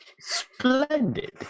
Splendid